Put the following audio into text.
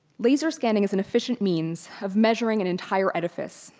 laser scanning is an efficient means of measuring an entire edifice,